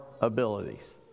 abilities